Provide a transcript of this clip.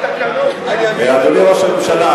אדוני ראש הממשלה,